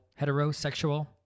heterosexual